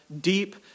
deep